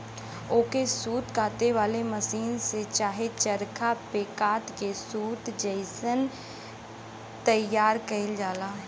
ओके सूत काते वाले मसीन से चाहे चरखा पे कात के सूत जइसन तइयार करल जाला